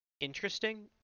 interesting